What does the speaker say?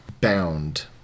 bound